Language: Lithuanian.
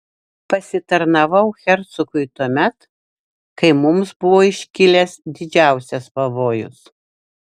pasitarnavau hercogui tuomet kai mums buvo iškilęs didžiausias pavojus